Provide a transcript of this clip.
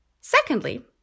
secondly